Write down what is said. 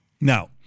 Now